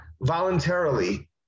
voluntarily